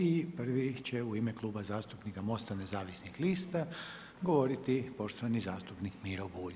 I prvi će u ime Kluba zastupnika MOST-a nezavisnih lista govoriti poštovani zastupnik Miro Bulj.